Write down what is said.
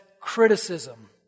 criticism